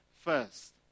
first